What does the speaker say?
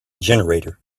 generator